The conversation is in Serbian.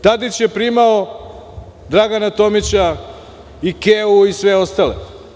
Tadić je primao Dragana Tomića i „Ikeu“ i sve ostale.